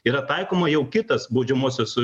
yra taikoma jau kitas baudžiamosios